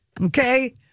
okay